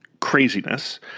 craziness